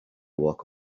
walk